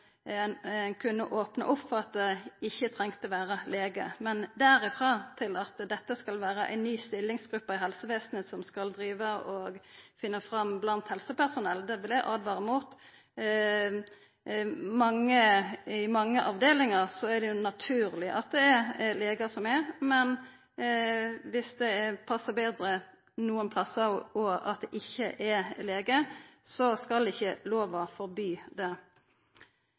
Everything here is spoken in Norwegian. dette skal vera ei ny stillingsgruppe i helsevesenet som skal driva og finna fram blant helsepersonell, vil eg åtvara mot. I mange avdelingar er det naturleg at det er legar, men viss det passar betre nokre plassar at det ikkje er lege, skal ikkje lova forby det.